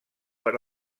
per